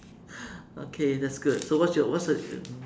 okay that's good so what's your what's your